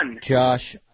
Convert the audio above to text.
Josh